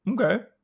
Okay